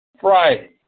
Friday